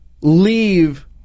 leave